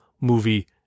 movie